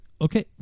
Okay